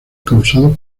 causados